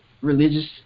religious